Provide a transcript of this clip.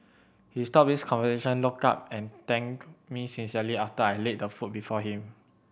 he stopped his conversation looked up and thanked me sincerely after I laid the food before him